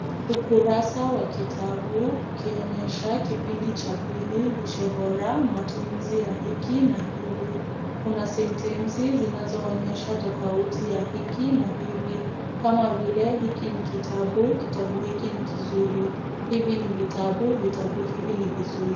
Ukurasa wa kitabu ukionyesha kipindi cha pili, lishe bora, matumizi ya hiki na hivi, kuna sentensi zinazoonyesha tofauti ya hiki na hivi kama vile, hiki ni kitabu, kitabu hiki ni kizuri, hivi ni vitabu, vitabu hivi ni vizuri.